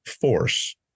force